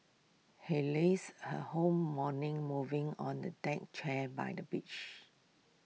he lazed her whole morning moving on the deck chair by the beach